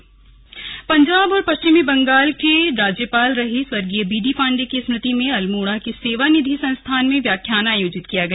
slug B D Pandey व्याख्यान पंजाब और पश्चिमी बंगाल के राज्यपाल रहे स्वर्गीय बीडी पांडेय की स्मृति में अल्मोड़ा के सेवा निधि संस्थान में व्याख्यान आयोजित किया गया